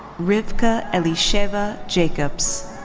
rivka elisheva jacobs.